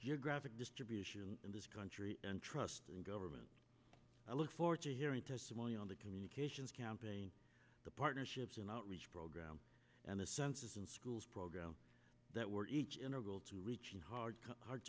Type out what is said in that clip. geographic distribution in this country and trust in government i look forward to hearing testimony on the communications campaign the partnerships and outreach program and the census and schools program that we're each integral to reaching hard hard